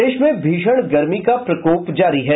प्रदेश में भीषण गर्मी का प्रकोप जारी है